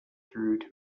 through